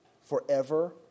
forever